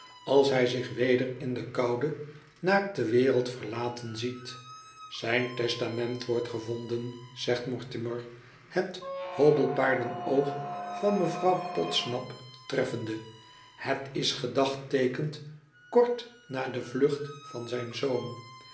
als hij zich weder in de koude naakte wereld verlaten ziet zijn testament wordt gevonden zegt mortimer het hobbelpaardenoog van mevrouw podsnap treffende het is gedagteekend kort na de vlucht van zijn zoon